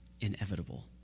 inevitable